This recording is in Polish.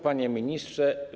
Panie Ministrze!